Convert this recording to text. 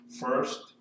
first